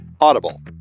audible